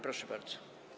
Proszę bardzo.